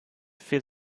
für